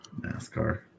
NASCAR